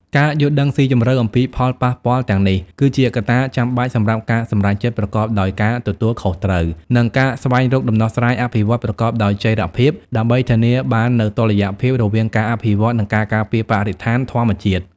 ការយល់ដឹងស៊ីជម្រៅអំពីផលប៉ះពាល់ទាំងនេះ គឺជាកត្តាចាំបាច់សម្រាប់ការសម្រេចចិត្តប្រកបដោយការទទួលខុសត្រូវ និងការស្វែងរកដំណោះស្រាយអភិវឌ្ឍន៍ប្រកបដោយចីរភាព ដើម្បីធានាបាននូវតុល្យភាពរវាងការអភិវឌ្ឍន៍ និងការការពារបរិស្ថានធម្មជាតិ។